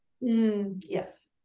Yes